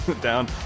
down